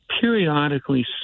periodically